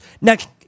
Next